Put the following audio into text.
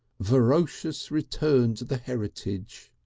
vorocious return to the heritage.